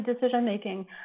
decision-making